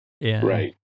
right